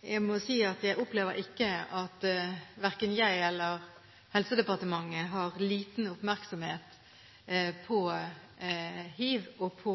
Jeg må si at jeg opplever ikke at verken jeg eller Helsedepartementet har liten oppmerksomhet på hiv, på